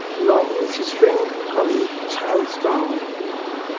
along with his friend and colleague charles darwin.